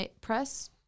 Press